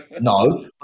No